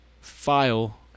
file